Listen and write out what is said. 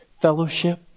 Fellowship